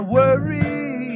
worry